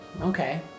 Okay